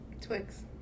Twix